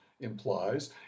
implies